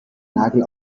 nagel